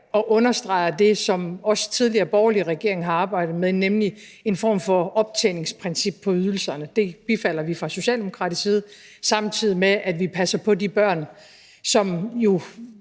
og understreger det, som også tidligere borgerlige regeringer har arbejdet med, nemlig en form for optjeningsprincip i forhold til ydelserne – det bifalder vi fra socialdemokratisk side – samtidig med at vi passer på de børn, som jo